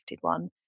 one